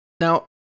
Now